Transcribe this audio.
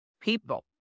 people